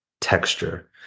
texture